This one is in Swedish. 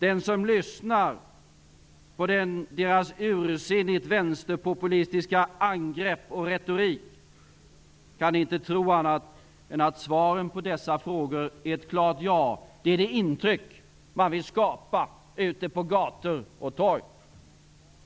Den som lyssnar på deras ursinnigt vänsterpopulistiska angrepp och retorik kan inte tro annat än att svaren på dessa frågor är ett klart ja. Det är det intryck man vill skapa ute på gator och torg.